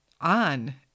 on